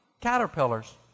caterpillars